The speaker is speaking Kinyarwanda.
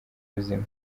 buzima